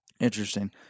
Interesting